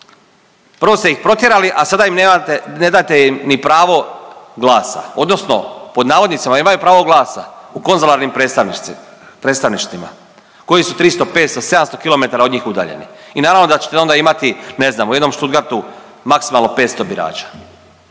Prvo ste ih protjerali, a sada im ne date im ni pravo glasa, odnosno pod navodnicima imaju pravo glasa u konzularnim predstavništvima koji su 300, 500, 700 km od njih udaljeni i naravno da ćete onda imati ne znam u jednom Stuttgartu maksimalno 500 birača.